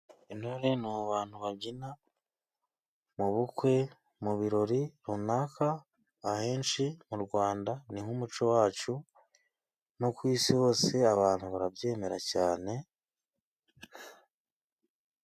Intore ni abantu babyina mu bukwe, mu birori runaka, ahenshi mu Rwanda ni nk'umuco wacu no ku isi hose abantu barabyemera cyane.